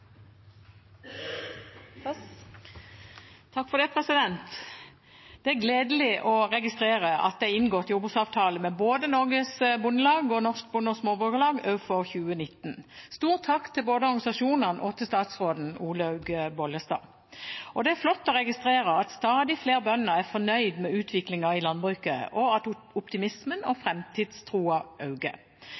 takk til både organisasjonene og statsråden, Olaug Bollestad. Det er flott å registrere at stadig flere bønder er fornøyd med utviklingen i landbruket, og at optimismen og